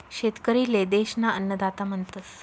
शेतकरी ले देश ना अन्नदाता म्हणतस